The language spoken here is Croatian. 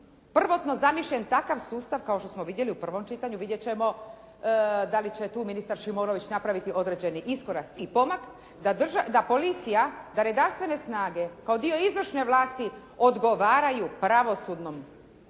prvotno zamišljen takav sustav kao što smo vidjeli u prvom čitanju, vidjeti ćemo da li će tu ministar Šimonović napraviti određeni iskorak i pomak da policija, da redarstvene snage kao dio izvršne vlasti odgovaraju pravosudnim tijelima,